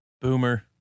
Boomer